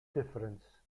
difference